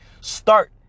start